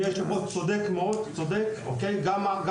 גם הפריון בבתי הספר,